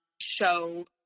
show